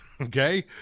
Okay